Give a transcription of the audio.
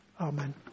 Amen